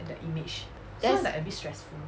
then